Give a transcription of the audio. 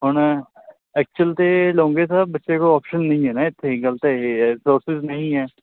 ਹੁਣ ਐਕਚੁਅਲ ਤਾਂ ਲੋਂਗੀਆ ਸਰ ਬੱਚੇ ਕੋਲ ਆਪਸ਼ਨ ਨਹੀਂ ਹੈ ਨਾ ਇੱਥੇ ਗਲ ਤਾਂ ਇਹ ਹੈ ਰਸੋਰਸਿਜ਼ ਨਹੀਂ ਹੈ